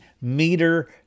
meter